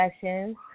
Sessions